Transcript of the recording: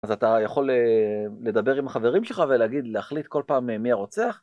אז אתה יכול לדבר עם החברים שלך ולהגיד, להחליט כל פעם מי הרוצח?